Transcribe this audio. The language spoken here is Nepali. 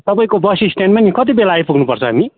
तपाईँको बस स्ट्यान्डमा नि कतिबेला आइपुग्नु पर्छ हामी